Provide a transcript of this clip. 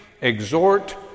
exhort